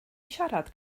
siarad